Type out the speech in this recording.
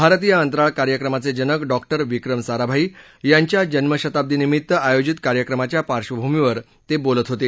भारतीय अंतराळ कार्यक्रमाचे जनक डॉक्टर विक्रम साराभाई यांच्या जन्मशताब्दी निमित्त आयोजित कार्यक्रमाच्या पार्श्वभूमीवर ते बोलत होते